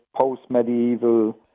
post-medieval